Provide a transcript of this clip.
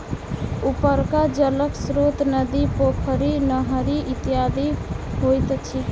उपरका जलक स्रोत नदी, पोखरि, नहरि इत्यादि होइत अछि